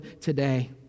today